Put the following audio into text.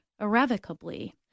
irrevocably